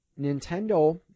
Nintendo